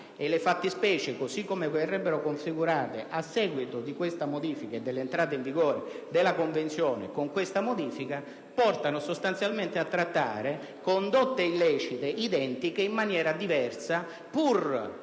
e le fattispecie così come verrebbero configurate a seguito di questa modifica e dell'entrata in vigore della Convenzione con questa modifica, portano sostanzialmente a trattare condotte illecite identiche in maniera diversa pur,